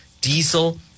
diesel